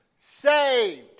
saved